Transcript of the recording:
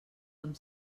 amb